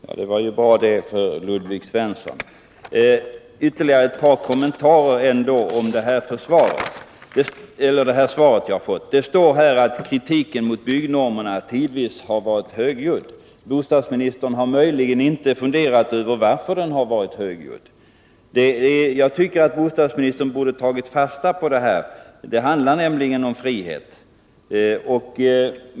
Herr talman! Det var bra att Ludvig Svensson kan känna sig lugn. Jag vill ta upp ytterligare ett par kommentarer till det svar jag har fått. Det står att kritiken mot byggnormerna tidvis har varit högljudd? Bostadsministern har möjligen inte funderat varför den har varit högljudd. Jag tycker att bostadsministern borde ha tagit vara på kritiken, det handlar nämligen om frihet.